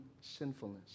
sinfulness